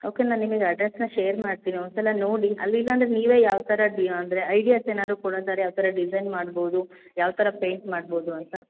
okay ನಾನು ನಿಮಗೆ ಅಡ್ರೆಸನ್ನು ಶೇರ್ ಮಾಡ್ತೀನಿ ಒಂದು ಸಲ ನೋಡಿ ಅಲ್ಲಿ ಇಲ್ಲ ಅಂದರೆ ನೀವೇ ಯಾವ ಥರ ಡಿ ಅಂದರೆ ಐಡಿಯಾಸ್ ಏನಾದ್ರು ಕೊಡೋದಾರೆ ಯಾವ ಥರ ಡಿಸೈನ್ ಮಾಡ್ಬೋದು ಯಾವ ಥರ ಪೇಂಟ್ ಮಾಡ್ಬೋದು ಅಂತ